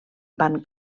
van